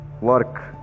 work